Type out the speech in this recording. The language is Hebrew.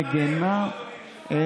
היא מגינה על היבוא,